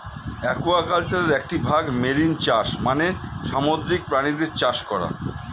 অ্যাকুয়াকালচারের একটি ভাগ মেরিন চাষ মানে সামুদ্রিক প্রাণীদের চাষ করা